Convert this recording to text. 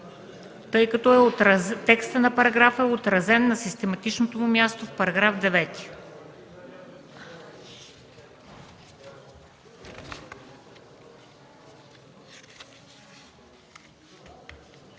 тъй като текстът на параграфа е отразен на систематичното му място в § 9.